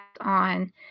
on